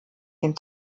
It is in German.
dem